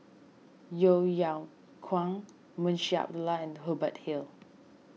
Yeo Yeow Kwang Munshi Abdullah and Hubert Hill